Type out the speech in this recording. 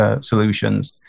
solutions